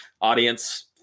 Audience